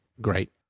great